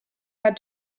had